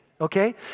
okay